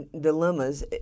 dilemmas